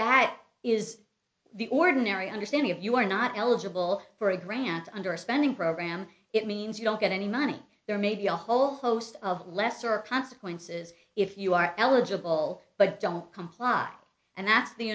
that is the ordinary understanding of you are not eligible for a grant under a spending program it means you don't get any money there may be a whole host of lesser consequences if you are eligible but don't comply and that's the